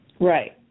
Right